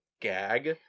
gag